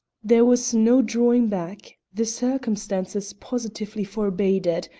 there was no drawing back the circumstances positively forbade it,